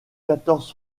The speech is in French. quatorze